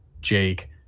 Jake